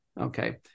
Okay